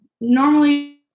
normally